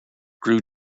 grew